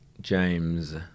James